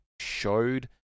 showed